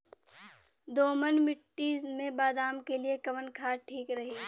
दोमट मिट्टी मे बादाम के लिए कवन खाद ठीक रही?